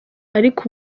ariko